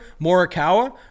morikawa